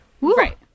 Right